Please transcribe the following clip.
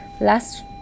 last